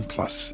Plus